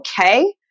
okay